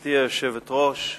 גברתי היושבת-ראש,